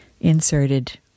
inserted